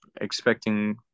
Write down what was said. expecting